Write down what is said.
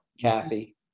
Kathy